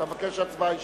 אתה מבקש הצבעה אישית?